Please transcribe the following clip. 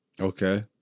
Okay